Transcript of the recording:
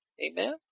Amen